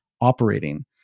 operating